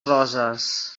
roses